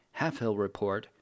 halfhillreport